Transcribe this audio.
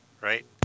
right